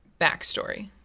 backstory